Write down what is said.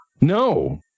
No